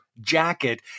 jacket